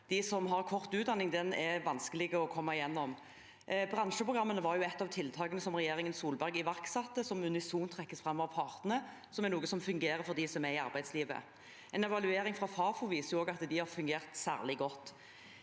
og at det er vanskelig å komme gjennom. Bransjeprogrammene var ett av tiltakene som regjeringen Solberg iverksatte, og som unisont trekkes fram av partene som noe som fungerer for dem som er i arbeidslivet. En evaluering fra Fafo viser også at de har fungert særlig godt.